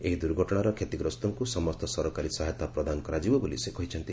ଏହି ଦୁର୍ଘଟଣାର କ୍ଷତିଗ୍ରସ୍ତଙ୍କୁ ସମସ୍ତ ସରକାରୀ ସହାୟତା ପ୍ରଦାନ କରାଯିବ ବୋଲି ସେ କହିଛନ୍ତି